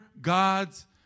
god's